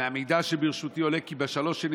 מהמידע שברשותי עולה כי בשלוש השנים